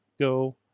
go